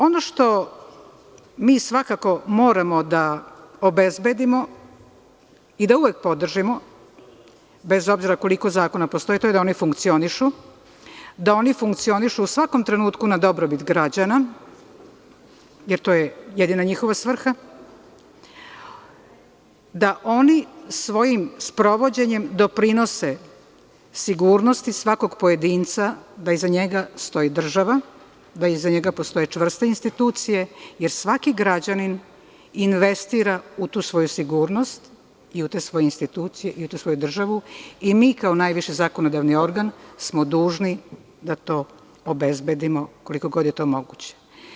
Ono što mi svakako moramo da obezbedimo i da uvek podržimo, bez obzira koliko zakona postoji, to je da oni funkcionišu u svakom trenutku za dobrobit građana, jer to je jedina njihova svrha, da oni svojim sprovođenjem doprinose sigurnosti svakog pojedinca da iza njega stoji država, da ih njega stoje čvrste institucije jer svaki građanin investira u tu neku svoju sigurnost i u te svoje institucije i u tu svoju državu i mi kao najviši zakonodavni ogran smo dužni da to obezbedimo koliko god je to moguće.